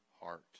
heart